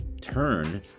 turn